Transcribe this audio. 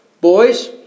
Boys